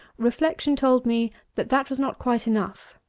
reflection told me that that was not quite enough.